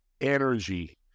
Energy